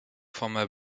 format